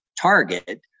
target